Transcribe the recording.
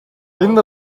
энэ